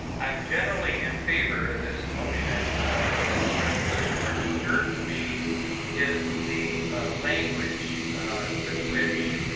i'm generally in favor of this motion or this resolution. what disturbs me is the language with which